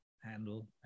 handle